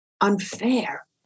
unfair